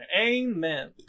Amen